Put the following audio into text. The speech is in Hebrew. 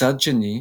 מצד שני,